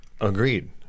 Agreed